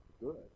good